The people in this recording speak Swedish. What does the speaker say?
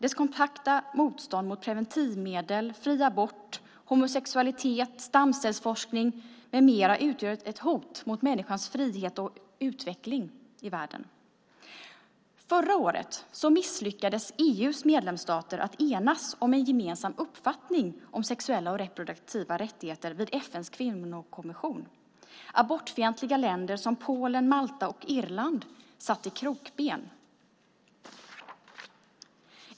Dess kompakta motstånd mot preventivmedel, fri abort, homosexualitet, stamcellsforskning med mera utgör ett hot mot människans frihet och utveckling i världen. Förra året misslyckades EU:s medlemsstater att enas om en gemensam uppfattning om sexuella och reproduktiva rättigheter vid FN:s kvinnokommission. Abortfientliga länder som Polen, Malta och Irland satte krokben.